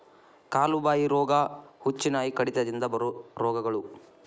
ಕಾಲು ಬಾಯಿ ರೋಗಾ, ಹುಚ್ಚುನಾಯಿ ಕಡಿತದಿಂದ ಬರು ರೋಗಗಳು